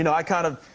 and i kind of